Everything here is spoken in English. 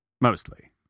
Mostly